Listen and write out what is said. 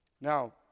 Now